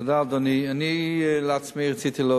אדוני סגן השר, רשות הדיבור.